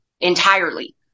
entirely